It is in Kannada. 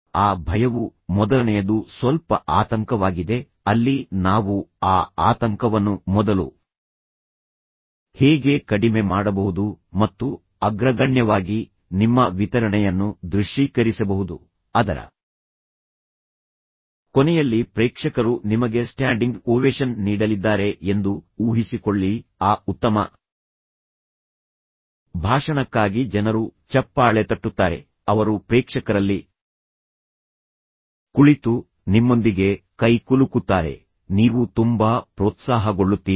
ಆ ಭಯವು ಮೊದಲನೆಯದು ಸ್ವಲ್ಪ ಆತಂಕವಾಗಿದೆ ಅಲ್ಲಿ ನಾವು ಆ ಆತಂಕವನ್ನು ಮೊದಲು ಹೇಗೆ ಕಡಿಮೆ ಮಾಡಬಹುದು ಮತ್ತು ಅಗ್ರಗಣ್ಯವಾಗಿ ನಿಮ್ಮ ವಿತರಣೆಯನ್ನು ದೃಶ್ಯೀಕರಿಸಬಹುದು ಅದರ ಕೊನೆಯಲ್ಲಿ ಪ್ರೇಕ್ಷಕರು ನಿಮಗೆ ಸ್ಟ್ಯಾಂಡಿಂಗ್ ಓವೇಶನ್ ನೀಡಲಿದ್ದಾರೆ ಎಂದು ಊಹಿಸಿಕೊಳ್ಳಿ ಆ ಉತ್ತಮ ಭಾಷಣಕ್ಕಾಗಿ ಜನರು ಚಪ್ಪಾಳೆ ತಟ್ಟುತ್ತಾರೆ ಅವರು ಪ್ರೇಕ್ಷಕರಲ್ಲಿ ಕುಳಿತು ನಿಮ್ಮೊಂದಿಗೆ ಕೈಕುಲುಕುತ್ತಾರೆ ನೀವು ತುಂಬಾ ಪ್ರೋತ್ಸಾಹಗೊಳ್ಳುತ್ತೀರಿ